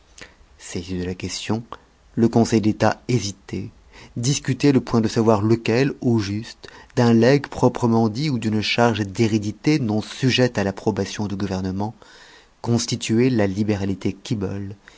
saisi de la question le conseil d'état hésitait discutait le point de savoir lequel au juste d'un legs proprement dit ou d'une charge d'hérédité non sujette à l'approbation du gouvernement constituait la libéralité quibolle